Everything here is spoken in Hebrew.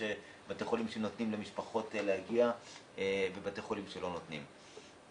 שיש בתי חולים שמאפשרים למשפחות להגיע ויש כאלה שלא מאפשרים זאת.